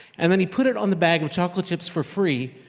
and then he put it on the bag of chocolate chips for free,